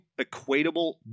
equatable